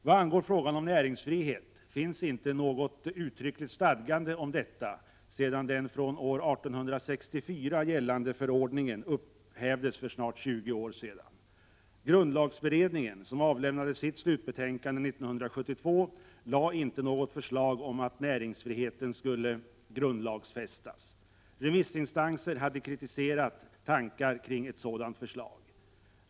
Något uttryckligt stadgande om näringsfrihet finns inte sedan den från år 1864 gällande förordningen upphävdes för snart 20 år sedan. Grundlagbered ningen, som avlämnade sitt slutbetänkande 1972, lade inte fram något förslag om att näringsfriheten skulle grundlagsfästas. Remissinstanser hade kritiserat tankar kring ett sådant förslag.